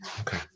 Okay